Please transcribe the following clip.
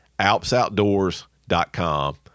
alpsoutdoors.com